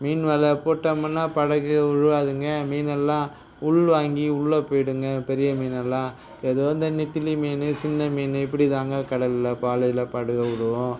மீன் வலை போட்டோம்முன்னா படகு முழுவாதுங்க மீன் எல்லாம் உள்வாங்கி உள்ளே போய்டுங்க பெரிய மீன் எல்லாம் ஏதோ இந்த நெத்திலி மீன்னு சின்ன மீன்னு இப்படிதாங்க கடலில் பாலையில் படகை விடுவோம்